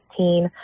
2015